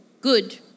Good